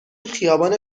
خیابان